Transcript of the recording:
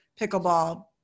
pickleball